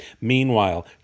Meanwhile